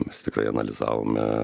mes tikrai analizavome